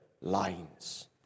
lines